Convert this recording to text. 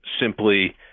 simply